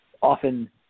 often